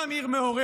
גם עיר מעורבת,